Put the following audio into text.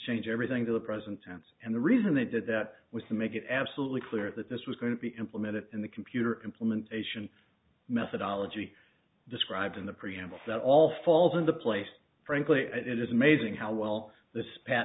change everything to the present tense and the reason they did that was to make it absolutely clear that this was going to be implemented in the computer implementation methodology described in the preamble that all falls into place frankly it is amazing how well this